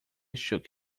shook